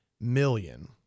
million